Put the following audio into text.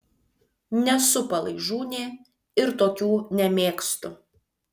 nesu palaižūnė ir tokių nemėgstu